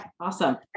Awesome